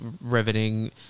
riveting